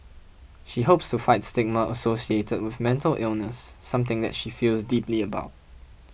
she hopes to fight stigma associated with mental illness something that she feels deeply about